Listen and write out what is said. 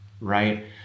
Right